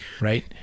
Right